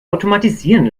automatisieren